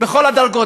בכל הדרגות.